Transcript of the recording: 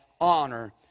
honor